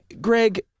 Greg